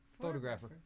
Photographer